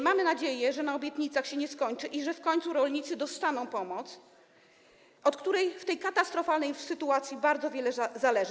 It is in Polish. Mamy nadzieję, że na obietnicach się nie skończy i że w końcu rolnicy dostaną pomoc, od której w tej katastrofalnej sytuacji bardzo wiele zależy.